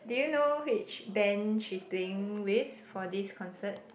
do you know which band she's playing with for this concert